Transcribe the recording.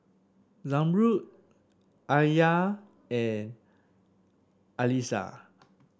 Zamrud Alya and Qalisha